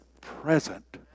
present